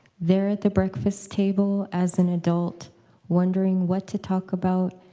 there, at the breakfast table, as an adult wondering what to talk about,